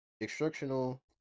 instructional